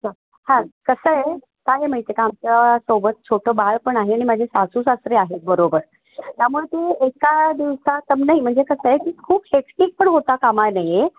हां कसं आहे काय आहे माहीत आहे का आमच्यासोबत छोटं बाळ पण आहे आणि माझे सासू सासरे आहेत बरोबर त्यामुळं ते एका दिवसात तर नाही म्हणजे कसं आहे की खूप हेक्टिक पण होता कामा नये